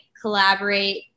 collaborate